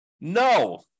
No